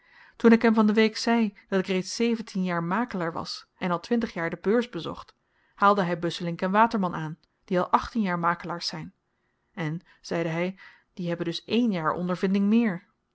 toen ik hem van de week zei dat ik reeds zeventien jaar makelaar was en al twintig jaar de beurs bezocht haalde hy busselinck waterman aan die al achttien jaar makelaars zyn en zeide hy die hebben dus één jaar ondervinding meer